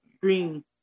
green